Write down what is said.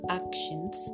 actions